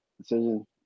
decision